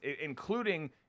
including